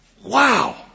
Wow